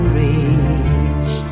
reach